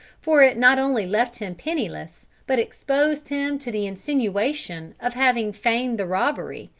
for it not only left him penniless, but exposed him to the insinuation of having feigned the robbery,